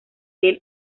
del